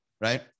right